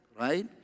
right